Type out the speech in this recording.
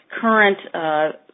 current